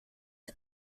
are